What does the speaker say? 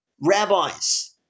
rabbis